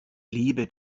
liebe